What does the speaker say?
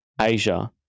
Asia